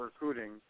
recruiting